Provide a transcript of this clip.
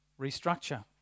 Restructure